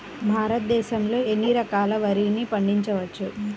భారతదేశంలో ఎన్ని రకాల వరిని పండించవచ్చు